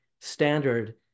standard